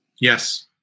Yes